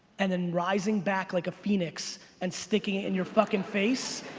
and then rising back like a phoenix and sticking it in your fucking face,